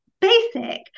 basic